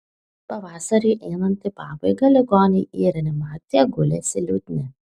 pavasariui einant į pabaigą ligoniai į reanimaciją gulėsi liūdni